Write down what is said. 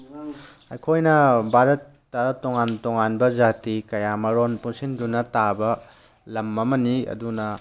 ꯑꯩꯈꯣꯏꯅ ꯚꯥꯔꯠꯇ ꯇꯣꯉꯥꯟ ꯇꯣꯉꯥꯟꯕ ꯖꯥꯇꯤ ꯀꯌꯥ ꯑꯃꯔꯣꯝ ꯄꯨꯟꯁꯤꯟꯗꯨꯅ ꯇꯥꯕ ꯂꯝ ꯑꯃꯅꯤ ꯑꯗꯨꯅ